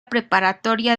preparatoria